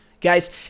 Guys